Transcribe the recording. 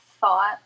thought